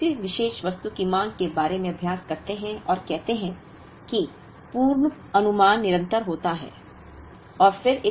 यदि हम किसी विशेष वस्तु की मांग के बारे में अभ्यास करते हैं और कहते हैं कि पूर्वानुमान निरंतर होता है